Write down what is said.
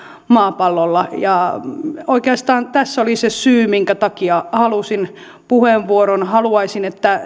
maapallolla oikeastaan tässä oli se syy minkä takia halusin puheenvuoron haluaisin että